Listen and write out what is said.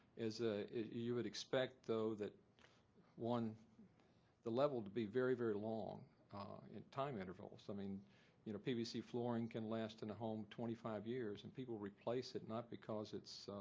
as ah you would expect, though, that one the level to be very, very long at time intervals. i mean you know, pvc flooring can last in a home twenty five years and people replace it not because it's